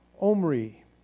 Omri